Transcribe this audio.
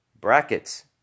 brackets